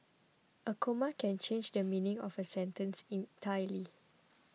a comma can change the meaning of a sentence entirely